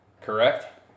correct